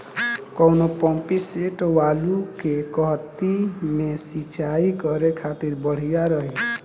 कौन pumping set आलू के कहती मे सिचाई करे खातिर बढ़िया रही?